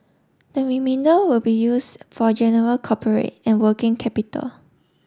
the remainder will be used for general corporate and working capital